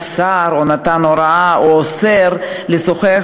אסר או נתן הוראה או אוסר עליהם לשוחח